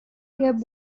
good